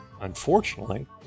Unfortunately